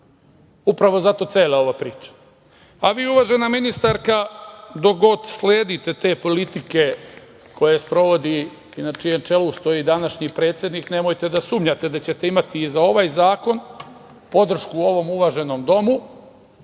Upravo zato cela ova priča. Vi, uvažena ministarka, dok god sledite te politike koje sprovodi i na čijem čelu stoji današnji predsednik, nemojte da sumnjate da ćete imati i za ovaj zakon podršku u ovom uvaženom domu,